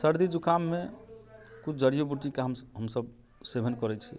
सर्दी जुकाममे किछु जड़ी बूटीके हमसब हमसब सेवन करै छी